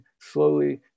slowly